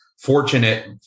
fortunate